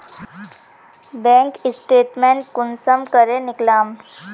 Bank statement कुंसम करे निकलाम?